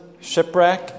shipwreck